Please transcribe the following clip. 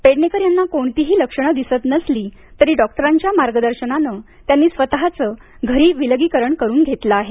पेडणेकर यांना कोणतीही लक्षणं दिसत नसली तरी डॉक्टरांच्या मार्गदर्शनानं त्यांनी स्वतचं घरी विलगीकरण करून घेतलं आहे